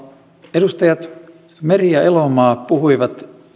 edustajat meri ja elomaa puhuivat